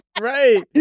Right